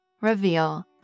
reveal